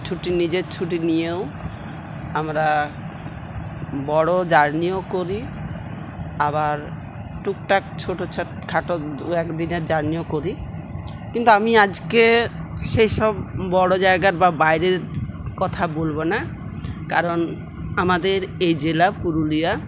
ছুটি নিজের ছুটি নিয়েও আমরা বড় জার্নিও করি আবার টুকটাক ছোট খাটো দুএক দিনের জার্নিও করি কিন্তু আমি আজকে সেই সব বড় জায়গার বা বাইরের কথা বলব না কারণ আমাদের এই জেলা পুরুলিয়া